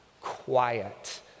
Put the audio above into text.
quiet